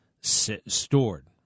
stored